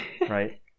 Right